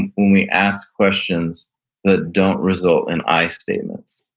and when we ask questions that don't result in i statements.